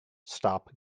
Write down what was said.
stop